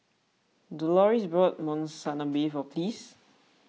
Doloris bought Monsunabe for Pleas